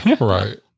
Right